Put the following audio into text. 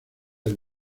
del